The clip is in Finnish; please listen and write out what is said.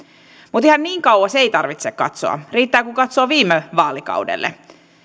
mutta ihan niin kauas ei tarvitse katsoa riittää kun katsoo viime vaalikaudelle